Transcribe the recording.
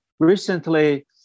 recently